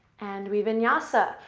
and we vinyasa.